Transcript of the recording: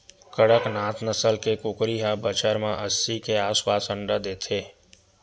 कड़कनाथ नसल के कुकरी ह बछर म अस्सी के आसपास अंडा देथे